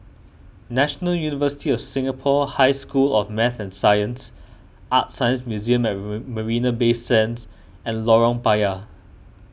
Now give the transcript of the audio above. National University of Singapore High School of Math and Science ArtScience Museum at Marina Bay Sands and Lorong Payah